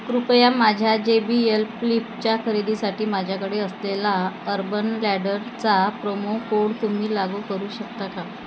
कृपया माझ्या J B L फ्लिपच्या खरेदीसाठी माझ्याकडे असलेला अर्बन लॅडरचा प्रोमो कोड तुम्ही लागू करू शकता का